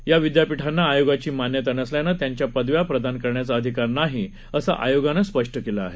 या विद्यापीठांना आयोगाची मान्यता नसल्यानं त्यांना पदव्या प्रदान करण्याचा अधिकार नाही असं आयोगानं स्पष्ट केलं आहे